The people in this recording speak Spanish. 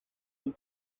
pub